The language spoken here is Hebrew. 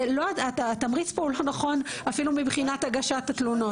התמריץ פה הוא לא נכון אפילו מבחינת הגשת התלונות.